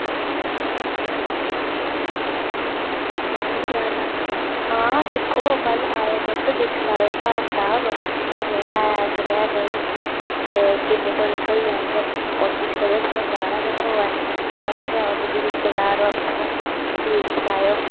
चाली लक्ख आं कल्ल आयो तुस दिक्खो ते दिक्खी लैयो स्हाब कताब कनेहा ऐ कनेहा नेईं ते किन्ने धोड़ी थ्होई जाङन कोशिश करेओ थोह्ड़ा जादै गै थ्होऐ ते पता ते ऐ तुसेंगी कि ओह् रिश्तेदार ऐ अपना ते ठीक बिकायो